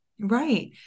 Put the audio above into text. Right